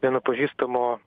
vieno pažįstamo